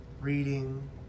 reading